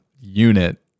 unit